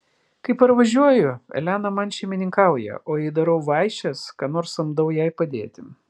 kai parvažiuoju elena man šeimininkauja o jei darau vaišes ką nors samdau jai padėti